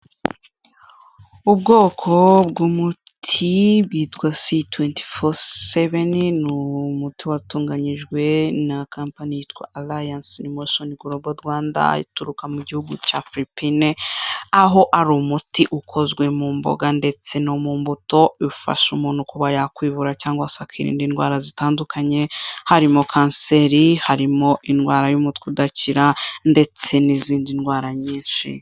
Ubwoko bw'umuti bwitwa S24/7 ni umuti watunganyijwe na company yitwa alliance emotion global Rwanda ituruka mu Gihugu cya Philiipine aho ari umuti ukozwe mu mboga ndetse no mu mbuto bifasha umuntu kuba yakwivura cyangwa se akirinda indwara zitandukanye harimo kanseri, harimo indwara y'umutwe udakira, ndetse n'izindi ndwara nyinshi.